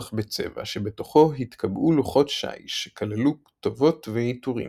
בצבע שבתוכו התקבעו לוחות שיש שכללו כתובות ועיטורים.